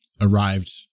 arrived